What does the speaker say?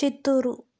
Chittoor